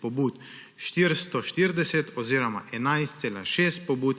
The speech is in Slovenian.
pobud. 440 oziroma 11,6 % pobud